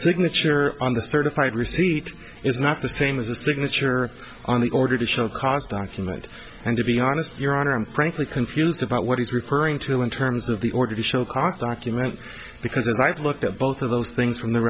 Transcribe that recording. signature on the certified receipt is not the same as a signature on the order to show cause document and to be honest your honor i'm frankly confused about what he's referring to in terms of the order to show document because as i've looked at both of those things from the